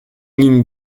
ligne